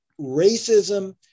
racism